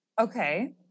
Okay